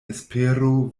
espero